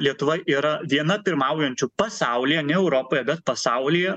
lietuva yra viena pirmaujančių pasaulyje ne europoje bet pasaulyje